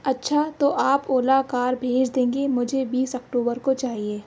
اچھا تو آپ اولا کار بھیج دیں گی مجھے بیس اکٹوبر کو چاہیے